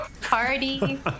party